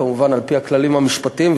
כמובן על-פי הכללים המשפטיים,